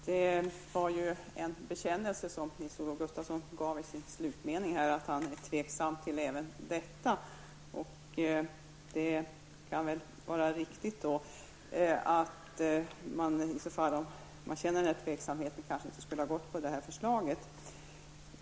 Herr talman! Nils-Olof Gustafsson gjorde ju en bekännelse i sin slutmening när han sade att han är tveksam även till detta. Det kan väl då vara riktigt att man kanske inte skulle ha gått in för det här förslaget.